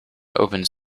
opened